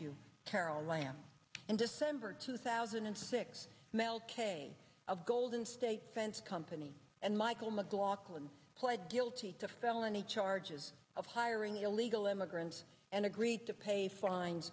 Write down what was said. you carol lam in december two thousand and six mel kay of golden state fence company and michael mclaughlin pled guilty to felony charges of hiring illegal immigrants and agreed to pay fin